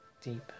deep